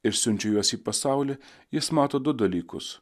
ir siunčia juos į pasaulį jis mato du dalykus